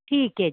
ਠੀਕ ਹੈ